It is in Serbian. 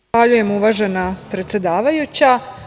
Zahvaljujem, uvažena predsedavajuća.